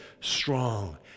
strong